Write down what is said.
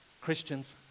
Christians